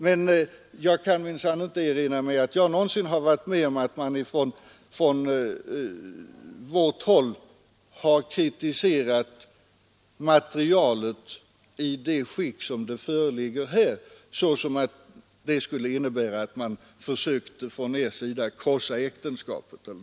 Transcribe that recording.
Men jag kan inte erinra mig att jag varit med om att någon från vårt håll kritiserat materialet i det skick som det nu föreligger här och hävdat att utskottsbetänkandet utgör ett försök att krossa äktenskapet.